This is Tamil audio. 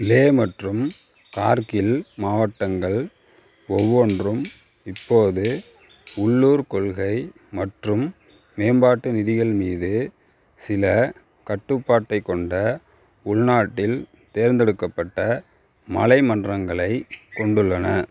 லே மற்றும் கார்கில் மாவட்டங்கள் ஒவ்வொன்றும் இப்போது உள்ளூர் கொள்கை மற்றும் மேம்பாட்டு நிதிகள் மீது சில கட்டுப்பாட்டைக் கொண்ட உள்நாட்டில் தேர்ந்தெடுக்கப்பட்ட மலை மன்றங்களைக் கொண்டுள்ளன